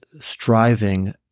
striving